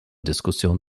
diskussion